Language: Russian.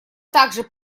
также